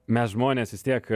mes žmonės vis tiek